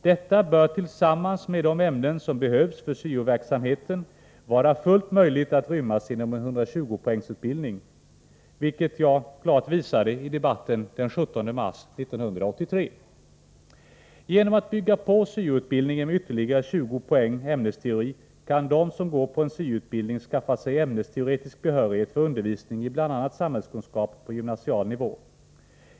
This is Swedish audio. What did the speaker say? Detta bör tillsammans med de ämnen som behövs för syo-verksamheten vara fullt möjligt att rymmas inom en 120-poängsutbildning, vilket jag klart visade i debatten den 17 mars 1983. Genom att bygga på syo-utbildningen med ytterligare 20 poäng ämnesteori kan de som går på en syo-utbildning skaffa sig ämnesteoretisk behörighet för undervisning i bl.a. samhällskunskap på gymnasial nivå.